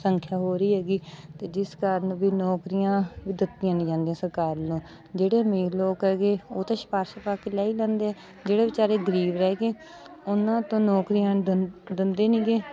ਸੰਖਿਆ ਹੋ ਰਹੀ ਹੈਗੀ ਅਤੇ ਜਿਸ ਕਾਰਨ ਵੀ ਨੌਕਰੀਆਂ ਦਿੱਤੀਆਂ ਨਹੀਂ ਜਾਂਦੀਆਂ ਸਰਕਾਰ ਨੂੰ ਜਿਹੜੇ ਅਮੀਰ ਲੋਕ ਹੈਗੇ ਉਹ ਤਾਂ ਸਿਫਾਰਿਸ਼ ਪਾ ਕੇ ਲੈ ਹੀ ਲੈਂਦੇ ਆ ਜਿਹੜੇ ਵਿਚਾਰੇ ਗਰੀਬ ਰਹਿ ਗਏ ਉਹਨਾਂ ਤੋਂ ਨੌਕਰੀਆਂ ਦਿੰਦੇ ਦਿੰਦੇ ਨਹੀਂ ਹੈਗੇ